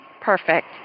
Perfect